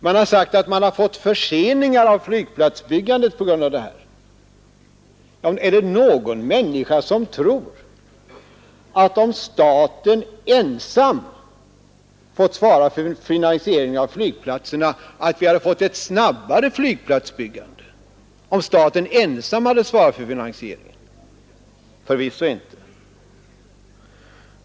Man har sagt att man fått förseningar i flygplatsbyggandet på grund av dessa förhållanden. Men är det någon människa som tror att vi hade fått ett snabbare flygplatsbyggande om staten ensam fått svara för finansieringen av flygplatserna? Förvisso inte.